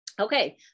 Okay